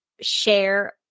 share